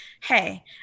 hey